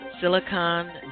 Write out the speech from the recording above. silicon